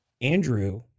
Andrew